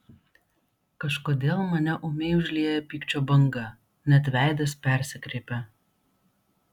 kažkodėl mane ūmiai užlieja pykčio banga net veidas persikreipia